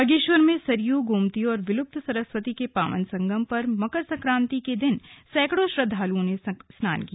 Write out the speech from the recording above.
बागेश्वर में सरयू गोमती और विलुप्त सरस्वती के पावन संगम पर मकर संक्रांति के दिन सैकड़ों श्रद्वालुओं ने स्नान किया